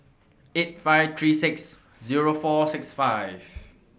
eight five three six Zero four six five